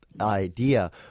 idea